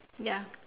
ya